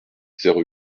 zéro